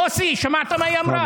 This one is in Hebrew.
מוסי, שמעת מה היא אמרה?